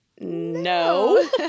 no